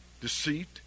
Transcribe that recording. deceit